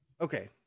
Okay